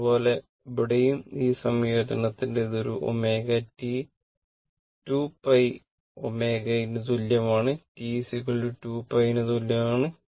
അതുപോലെ ഇവിടെയും ഈ സംയോജനത്തിൽ ഇത് ഒരു ωt 2πω ന് തുല്യമാണ് T 2π ന് തുല്യമാണ്